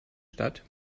stadt